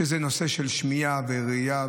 שזה הנושא של שמיעה וראייה,